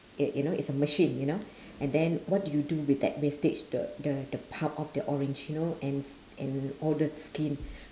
uh you you know it's a machine you know and then what you do with that wastage the the the pulp of the orange you know and and all the skin